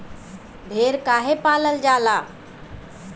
भेड़ काहे पालल जाला?